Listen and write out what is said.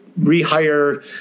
rehire